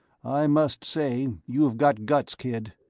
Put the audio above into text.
i must say you've got guts, kid!